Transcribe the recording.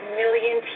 million